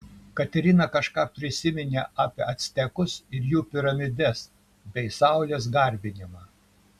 katerina kažką prisiminė apie actekus ir jų piramides bei saulės garbinimą